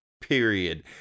period